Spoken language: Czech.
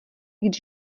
když